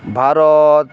Bharat